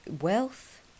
wealth